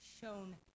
shown